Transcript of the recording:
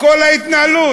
כל ההתנהלות.